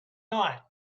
night